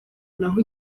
naho